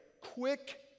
quick